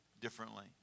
differently